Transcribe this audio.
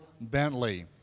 Bentley